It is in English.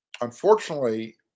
Unfortunately